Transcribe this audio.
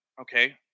okay